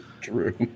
True